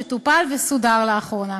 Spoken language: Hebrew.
שטופל וסודר לאחרונה.